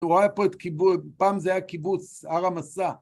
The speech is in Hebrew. את רואה פה את קיבוץ, פעם זה היה קיבוץ, הר עמשא.